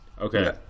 Okay